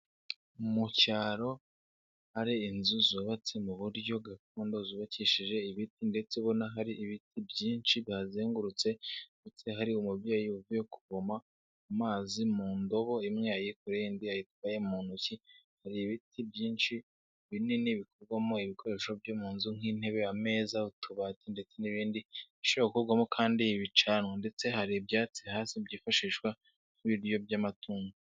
Mu cyaro, hari inzu zubatse mu buryo gakondo, zubakishije ibiti ndetse ubona hari ibiti byinshi bihazengurutse ndetse hari umubyeyi uvuye kuvoma amazi mu ndobo imwe yayikoreye iyindi ayitwaye mu ntoki, hari ibiti byinshi binini bikorwarwamo ibikoresho byo mu nzu nk'intebe, ameza, utubati ndetse n'ibindi bishobora gukorwamo kandi ibicanwa ndetse hari ibyatsi hasi byifashishwa nk'ibiryo by'amatungo.